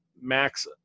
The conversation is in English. Max